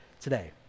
today